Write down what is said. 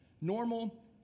Normal